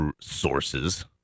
sources